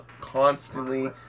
constantly